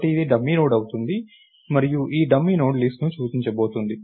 కాబట్టి ఇది dummy node అవుతుంది మరియు ఈ డమ్మీ నోడ్ లిస్ట్ ను సూచించబోతోంది